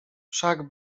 wszak